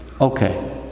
Okay